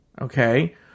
okay